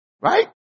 right